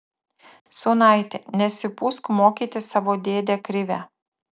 sūnaiti nesipūsk mokyti savo dėdę krivę